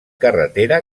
carretera